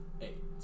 Eight